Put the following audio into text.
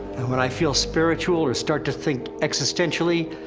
when i feel spiritual or start to think existentially,